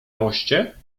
moście